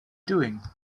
doing